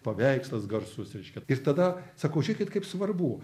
paveikslas garsus reiškia ir tada sakau žiūrėkit kaip svarbu